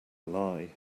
lie